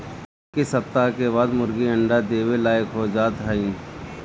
इक्कीस सप्ताह के बाद मुर्गी अंडा देवे लायक हो जात हइन